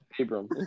Abram